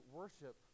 worship